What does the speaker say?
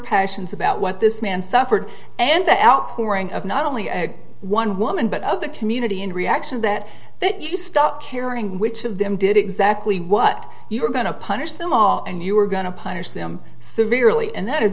passions about what this man suffered and that outpouring of not only one woman but of the community in reaction that that you stopped caring which of them did exactly what you were going to punish them all and you were going to punish them severely and that is